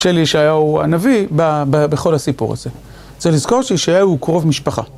של ישעיהו הנביא, בכל הסיפור הזה. צריך לזכור שישעיהו הוא קרוב משפחה.